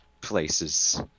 Places